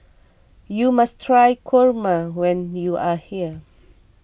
you must try Kurma when you are here